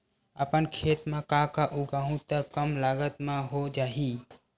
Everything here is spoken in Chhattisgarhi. अपन खेत म का का उगांहु त कम लागत म हो जाही?